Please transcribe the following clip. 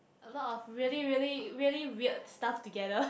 a lot of really really really weird stuff together